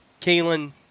Kalen